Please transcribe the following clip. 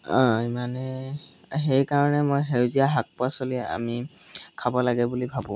ইমানে সেইকাৰণে মই সেউজীয়া শাক পাচলি আমি খাব লাগে বুলি ভাবোঁ